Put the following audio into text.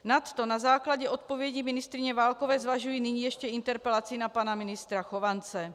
Nadto na základě odpovědi ministryně Válkové zvažuji nyní ještě interpelaci na pana ministra Chovance.